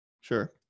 Sure